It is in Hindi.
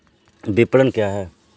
विपणन क्या है?